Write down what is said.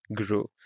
grow